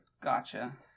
Gotcha